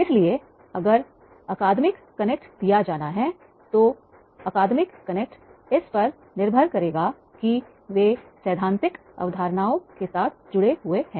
इसलिए अगर अकादमिक कनेक्ट दिया जाना है तो अकादमिक कनेक्ट इस पर निर्भर करेगा कि वे सैद्धांतिक अवधारणाओं के साथ जुड़े हुए हैं